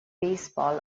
baseball